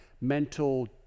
mental